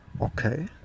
Okay